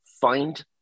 find